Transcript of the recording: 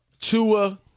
Tua